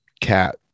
cat